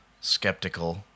skeptical